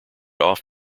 off